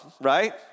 right